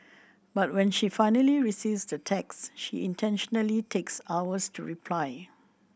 but when she finally receives the text she intentionally takes hours to reply